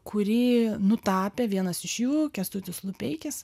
kurį nutapė vienas iš jų kęstutis lupeikis